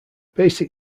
basic